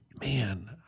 man